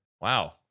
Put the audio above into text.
Wow